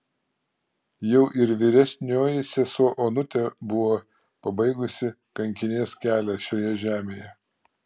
jau ir vyresnioji sesuo onutė buvo pabaigusi kankinės kelią šioje žemėje